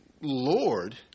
Lord